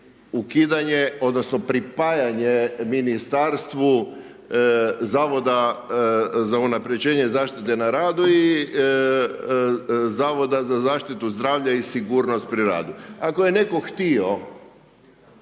ukidanje odnosno pripajanje Ministarstvu Zavoda za unapređenje zaštite na radu i Zavoda za zaštitu zdravlja i sigurnost na radu. Ako je netko htio